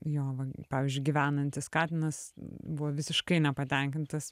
jo va pavyzdžiui gyvenantis katinas buvo visiškai nepatenkintas